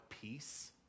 peace